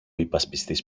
υπασπιστής